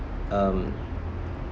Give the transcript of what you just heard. um